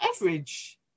average